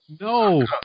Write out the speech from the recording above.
no